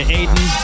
Aiden